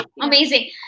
amazing